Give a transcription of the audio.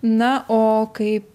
na o kaip